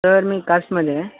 sir मी काश्टमध्ये आहे